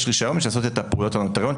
רישיון בשביל לעשות את הפעולות הנוטריוניות,